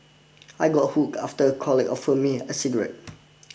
I got hooked after a colleague offered me a cigarette